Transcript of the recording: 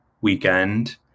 weekend